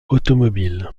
automobile